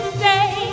say